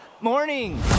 Morning